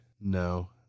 no